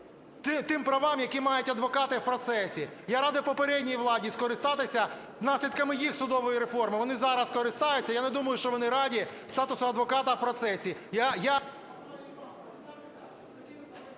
тим правам, які мають адвокати в процесі. Я радив попередній владі скористатися наслідками їх судової реформи. Вони зараз користаються. Я не думаю, що вони раді статусу адвоката в процесі.